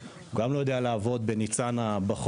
לעבודה חקלאית בניצנה.